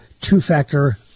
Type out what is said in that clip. two-factor